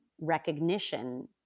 recognition